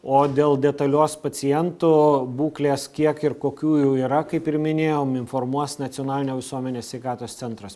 o dėl detalios pacientų būklės kiek ir kokių jų yra kaip ir minėjom informuos nacionalinio visuomenės sveikatos centras